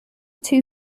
two